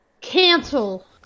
Cancel